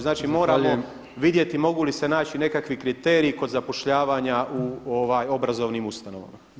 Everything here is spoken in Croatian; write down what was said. Znači moramo vidjeti mogu li se naći nekakvi kriteriji kod zapošljavanja u obrazovnim ustanovama.